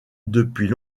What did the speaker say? depuis